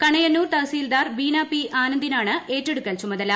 Kanayannur tahsildar Beena P ആനന്ദിനാണ് ഏറ്റെടുക്കൽ ചുമതല